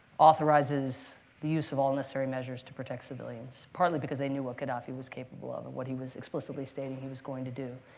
authorizes the use of all necessary measures to protect civilians, partly because they knew what gaddafi was capable of and what he was explicitly stating he was going to do.